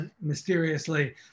mysteriously